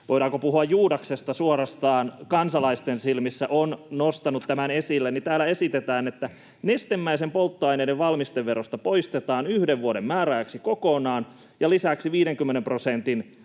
voidaanko puhua suorastaan Juudaksesta kansalaisten silmissä — on nostanut tämän esille, niin täällä esitetään, että nestemäisten polttoaineiden valmistevero poistetaan yhden vuoden määräajaksi kokonaan ja lisäksi 50 prosentin